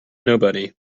nobody